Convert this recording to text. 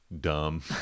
dumb